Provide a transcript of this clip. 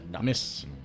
Miss